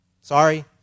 sorry